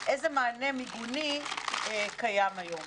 איזה מענה מיגוני קיים היום.